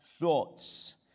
thoughts